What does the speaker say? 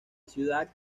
ciudad